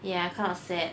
ya kind of sad